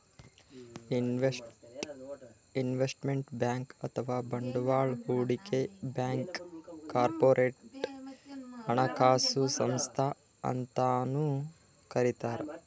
investment bank ಅಥವಾ ಬಂಡವಾಳ್ ಹೂಡಿಕೆ ಬ್ಯಾಂಕ್ಗ್ ಕಾರ್ಪೊರೇಟ್ ಹಣಕಾಸು ಸಂಸ್ಥಾ ಅಂತನೂ ಕರಿತಾರ್